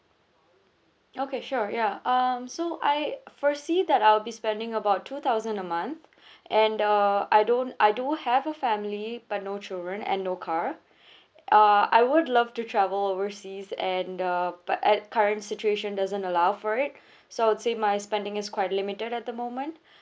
okay sure ya um so I foresee that I will be spending about two thousand a month and uh I don't I do have a family but no children and no car uh I would love to travel oversea and uh but at current situation doesn't allow for it so I would say my spending is quite limited at the moment